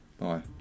Bye